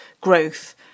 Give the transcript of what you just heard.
growth